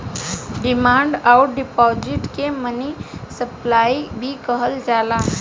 demand अउर deposit के money supply भी कहल जाला